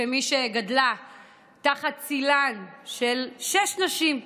כמי שגדלה בצילן של שש נשים,